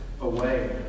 away